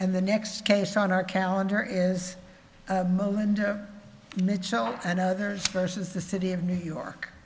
and the next case on our calendar is moment michel and others versus the city of new york